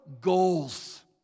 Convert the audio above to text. goals